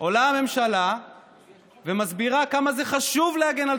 עולה הממשלה ומסבירה כמה זה חשוב להגן על